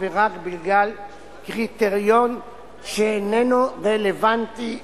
ורק בגלל קריטריון שאיננו רלוונטי לתפקיד.